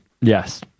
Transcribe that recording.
Yes